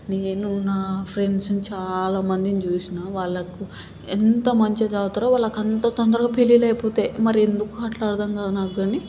నేను నా ఫ్రెండ్స్ని చాలామందిని చూసినా వాళ్ళకు ఎంత మంచిగా చదువుతారో వాళ్ళకి అంత తొందరగా పెళ్ళిళ్ళు అయిపోతాయి మరెందుకో అట్లా అర్థంకాదు నాకు కానీ